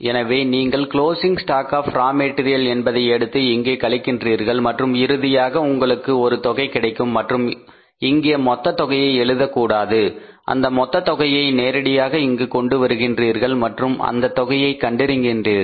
எனவே நீங்கள் closing stock of raw material என்பதை எடுத்து இங்கே கழிக்கின்றார்கள் மற்றும் இறுதியாக உங்களுக்கு ஒரு தொகை கிடைக்கும் மற்றும் இங்கே மொத்த தொகையை எழுதக்கூடாது அந்த மொத்த தொகையை நேரடியாக இங்கு கொண்டு வருகின்றீர்கள் மற்றும் அந்த தொகையை கண்டரிங்கின்றீர்கள்